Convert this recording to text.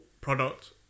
product